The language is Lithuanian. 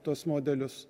tuos modelius